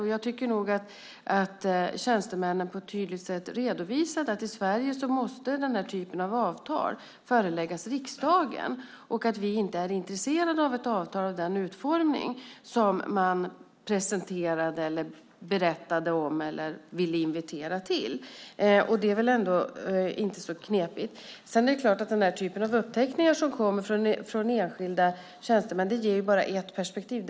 Och jag tycker nog att tjänstemännen på ett tydligt sätt redovisat att i Sverige måste den här typen av avtal föreläggas riksdagen och att vi inte är intresserade av ett avtal med den utformning som man presenterade, berättade om eller ville invitera till. Sedan är det klart att den typen av uppteckningar som kommer från enskilda tjänstemän ger bara ett perspektiv.